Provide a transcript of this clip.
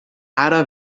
ara